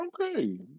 Okay